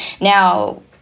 Now